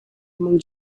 among